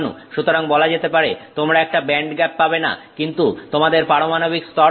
সুতরাং বলা যেতে পারে তোমরা একটা ব্যান্ডগ্যাপ পাবে না কিন্তু তোমাদের পারমাণবিক স্তর থাকবে